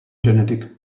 genetic